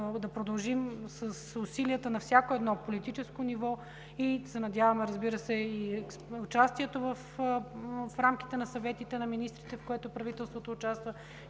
да продължим с усилията на всяко едно политическо ниво и се надяваме, разбира се, на участието в рамките на съветите на министрите, в което правителството участва,